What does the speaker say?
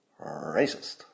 racist